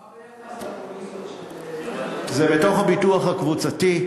מה ביחס לפוליסות של, זה בתוך הביטוח הקבוצתי.